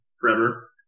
forever